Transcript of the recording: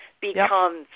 becomes